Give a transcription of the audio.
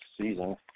season